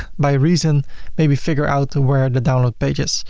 by reason maybe figure out to where the download page is.